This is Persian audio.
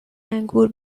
انگور